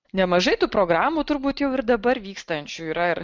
nemažai tų programų turbūt jau ir dabar vykstančių yra